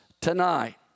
tonight